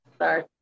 Sorry